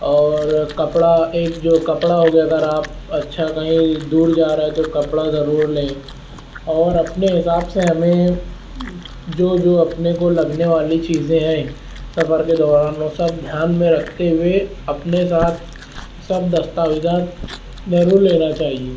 اور کپڑا ایک جو کپڑا ہو گیا اگر آپ اچھا کہیں دور جا رہے تو کپڑا ضرور لیں اور اپنے حساب سے ہمیں جو جو اپنے کو لگنے والی چیزیں ہیں سفر کے دوران وہ سب دھیان میں رکھتے ہوئے اپنے ساتھ سب دستاویزات ضرور لینا چاہئے